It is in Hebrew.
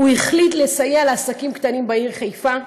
לסייע לעסקים קטנים בעיר חיפה,